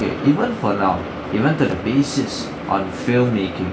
K even for now even to the basis on filmmaking